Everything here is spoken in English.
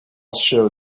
show